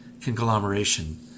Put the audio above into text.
conglomeration